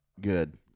good